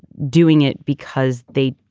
doing it because they.